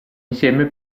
insieme